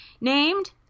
named